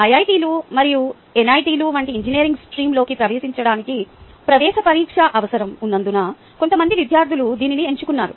ఐఐటిలు మరియు ఎన్ఐటిలు వంటి ఇంజనీరింగ్ స్ట్రీమ్లోకి ప్రవేశించడానికి ప్రవేశ పరీక్ష అవసరం ఉన్నందున కొంతమంది విద్యార్థులు దీనిని ఎంచుకున్నారు